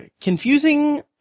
confusing